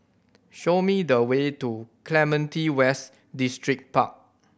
show me the way to Clementi West Distripark